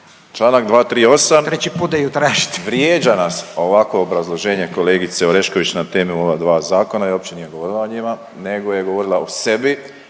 … vrijeđa nas ovakvo obrazloženje kolegice Orešković na temu ova dva zakona i opće nije govorila o njima nego je govorila o sebi,